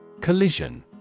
Collision